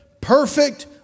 perfect